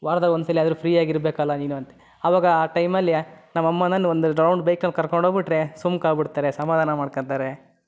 ವಾರ್ದಾಗೆ ಒಂದ್ಸಲ ಆದ್ರೂ ಫ್ರೀ ಆಗಿ ಇರ್ಬೇಕಲ್ಲ ನೀನು ಅಂತ ಅವಾಗ ಆ ಟೈಮಲ್ಲಿ ನಮ್ಮ ಅಮ್ಮನನ್ನು ಒಂದು ರೌಂಡ್ ಬೈಕಲ್ಲಿ ಕರ್ಕೊಂಡು ಹೋಗ್ಬಿಟ್ರೇ ಸುಮ್ನಾಗ್ಬಿಡ್ತಾರೆ ಸಮಾಧಾನ ಮಾಡ್ಕೊಂತಾರೆ